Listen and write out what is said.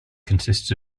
consists